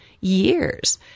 years